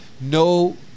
no